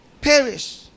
perish